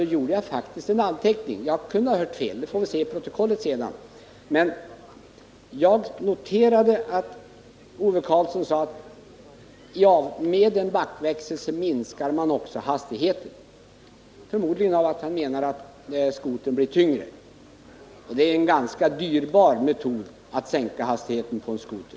Jag kunde ha hört fel — det får vi se av protokollet — men jag noterade att Ove Karlsson sade att med en backväxel minskar man också hastigheten. Jag förmodar att han menar att det beror på att skotern därigenom blir tyngre. Det är en ganska dyrbar metod att sänka hastigheten på en skoter.